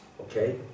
okay